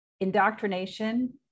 indoctrination